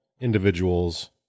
individuals